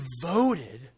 devoted